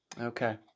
Okay